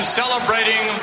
celebrating